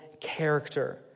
character